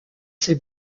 ses